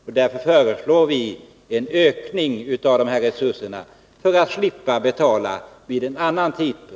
Vi föreslår en ökning av resurserna för att slippa betala vid en annan tidpunkt.